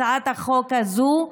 הצעת החוק הזו,